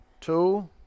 two